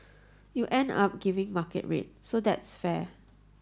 you end up giving market rate so that's fair